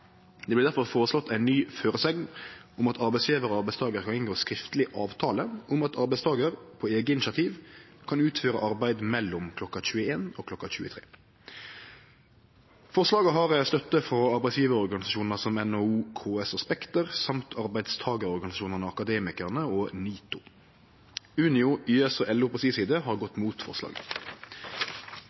Derfor foreslår ein ein ny føresegne om at arbeidsgjevarar og arbeidstakarar skal inngå skriftleg avtale om at arbeidstakar på eige initiativ kan utføre arbeidet mellom kl. 21 og kl. 23. Forslaget har støtte frå arbeidsgjevarorganisasjonar som NHO, KS og Spekter samt arbeidstakarorganisasjonane Akademikarane og NITO. Unio, YS og LO på si side har gått mot forslaget.